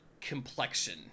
complexion